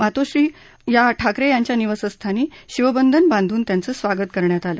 मातोश्री या ठाकरे यांच्या निवासस्थानी शिवबंधन बांधून त्यांचं स्वागत करण्यात आलं